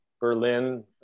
Berlin